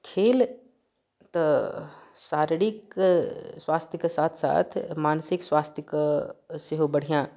खेल तऽ शारीरिक स्वास्थ्य के साथ साथ मानसिक स्वास्थ्य के सेहो बढ़िऑं